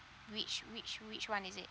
which which which one is it